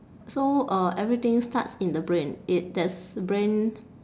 so uh everything starts in the brain it there's brain